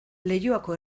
leioako